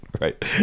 Right